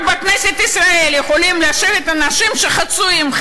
רק בכנסת ישראל יכולים לשבת אנשים שחצויים,